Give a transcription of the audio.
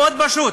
מאוד פשוט: